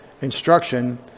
instruction